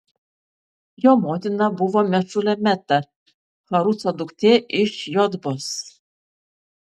jo motina buvo mešulemeta haruco duktė iš jotbos